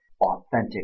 authentic